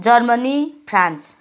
Germany France